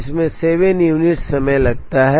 इसमें 7 यूनिट समय लगता है